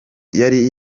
yari